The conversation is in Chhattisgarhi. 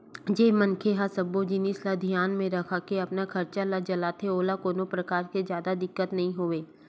जेन मनखे ह सब्बो जिनिस ल धियान म राखके अपन खरचा ल चलाथे ओला कोनो परकार ले जादा दिक्कत नइ होवय